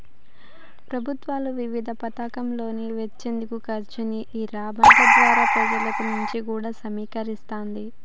ప్రభుత్వాలు వివిధ పతకాలలో వెచ్చించే ఖర్చుని ఈ బాండ్ల ద్వారా పెజల నుంచి కూడా సమీకరిస్తాది